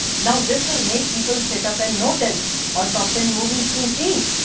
now this will make people sit up and notice, or top ten movies to see.